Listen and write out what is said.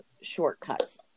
shortcuts